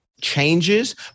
changes